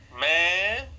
Man